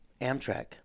Amtrak